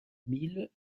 mille